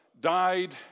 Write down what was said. died